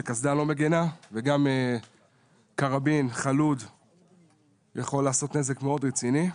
שקסדה לא מגנה וגם קרבין חלוד יכול לעשות נזק מאוד רציני.